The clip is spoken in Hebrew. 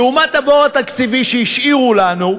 לעומת הבור התקציבי שהשאירו לנו,